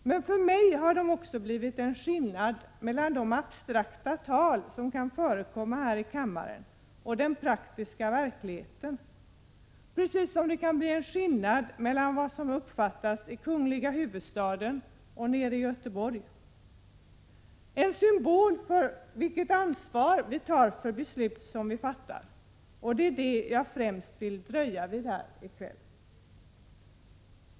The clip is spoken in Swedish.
Men för mig har de också blivit en symbol för skillnaden mellan de abstrakta tal som kan förekomma här i kammaren och den praktiska verkligheten, precis som det kan bli en skillnad mellan vad som uppfattas i kungliga huvudstaden och nere i Göteborg. En symbol för vilket ansvar vi tar för beslut som vi fattar — det är detta jag främst vill dröja vid här i kväll.